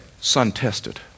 sun-tested